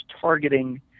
targeting